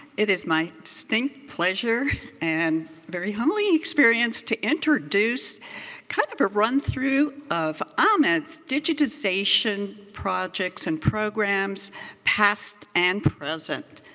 it is my distinct pleasure and very humble yeah experience to introduce kind of a run-through of amed's digitization projects and programs past and present.